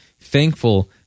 thankful